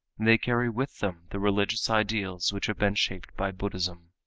they carry with them the religious ideals which have been shaped by buddhism.